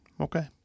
Okay